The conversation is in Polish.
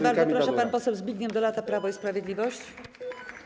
Bardzo proszę, pan poseł Zbigniew Dolata, Prawo i Sprawiedliwość.